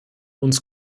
uns